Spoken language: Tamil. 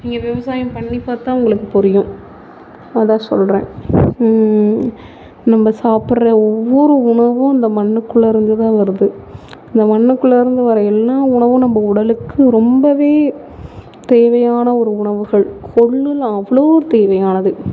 நீங்கள் விவசாயம் பண்ணி பார்த்தா உங்களுக்கு புரியும் அதுதான் சொல்கிறேன் நம்ம சாப்பிட்ற ஒவ்வொரு உணவும் இந்த மண்ணுக்குள்ளேயிருந்துதான் வருது அந்த மண்ணுக்குள்ளேயிருந்து வர எல்லா உணவும் நம்ம உடலுக்கு ரொம்பவே தேவையான ஒரு உணவுகள் கொள்ளில் அவ்வளோ ஒரு தேவையானது